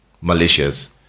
malicious